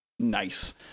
Nice